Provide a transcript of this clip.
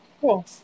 cool